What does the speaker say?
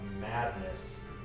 madness